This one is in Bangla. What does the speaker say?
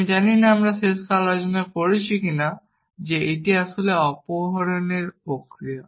আমি জানি না আমরা শেষ ক্লাসে আলোচনা করেছি যে এটি আসলে অপহরণের প্রক্রিয়া